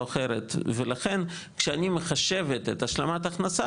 אחרת ולכן כשאני מחשבת את השלמת ההכנסה,